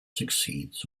succeeds